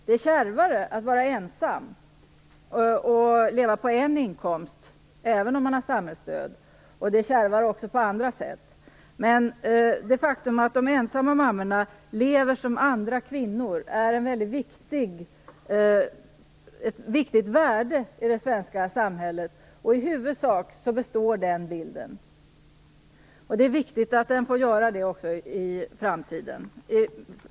Det är kärvare att vara ensam och leva på en inkomst, även om man har samhällsstöd, och det är kärvare också på andra sätt. Men det faktum att de ensamma mammorna lever som andra kvinnor är något mycket mycket värdefullt i det svenska samhället. I huvudsak består den bilden, och det är viktigt att den får göra det också i framtiden.